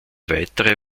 weitere